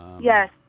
Yes